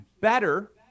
better